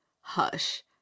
hush